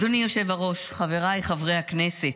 אדוני היושב-ראש, חבריי חברי הכנסת,